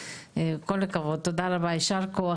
כל הכבוד, תודה רבה יישר כוח.